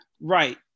Right